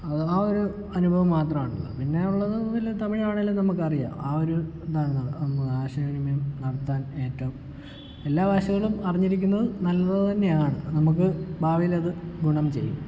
അഥവാ ഒരു അനുഭവം മാത്രമാണല്ലോ പിന്നെ ഉള്ളത് വല്ല തമിഴാണെങ്കിലും നമുക്ക് അറിയാം ആ ഒരു എന്താണ് ആശയവിനിമയം നടത്താൻ ഏറ്റവും എല്ലാ ഭാഷകളും അറിഞ്ഞിരിക്കുന്നത് നല്ലത് തന്നെയാണ് നമുക്ക് ഭാവിയിൽ അത് ഗുണം ചെയ്യും